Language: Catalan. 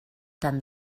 tant